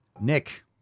Nick